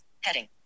heading